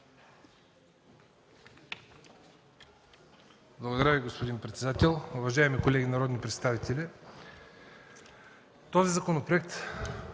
Благодаря Ви, господин председател. Уважаеми колеги народни представители, този законопроект